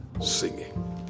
singing